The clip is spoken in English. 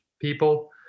people